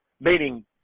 meaning